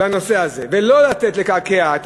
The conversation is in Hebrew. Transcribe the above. בנושא הזה ולא לתת לקעקע את